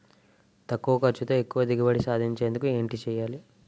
తక్కువ ఖర్చుతో ఎక్కువ దిగుబడి సాధించేందుకు ఏంటి చేయాలి?